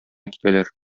китәләр